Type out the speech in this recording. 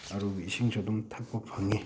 ꯑꯔꯨꯕ ꯏꯁꯤꯡꯁꯨ ꯑꯗꯨꯝ ꯊꯛꯄ ꯐꯪꯏ